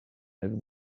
over